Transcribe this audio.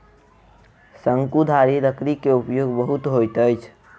शंकुधारी लकड़ी के उपयोग बहुत होइत अछि